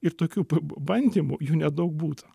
ir tokių pabandymų jų nedaug būta